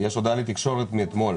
יש הודעה לתקשורת מאתמול.